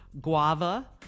Guava